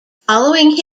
following